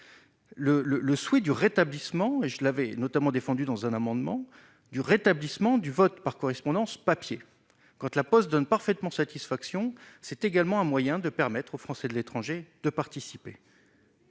le souhait du rétablissement et je l'avais notamment défendu dans un amendement du rétablissement du vote par correspondance papier quant à la Poste donne parfaitement satisfaction, c'est également un moyen de permettre aux Français de l'étranger de participer.